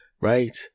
Right